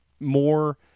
more